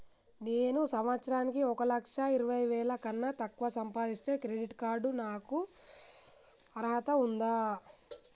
నేను సంవత్సరానికి ఒక లక్ష ఇరవై వేల కన్నా తక్కువ సంపాదిస్తే క్రెడిట్ కార్డ్ కు నాకు అర్హత ఉందా?